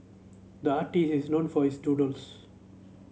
the artist is known for his doodles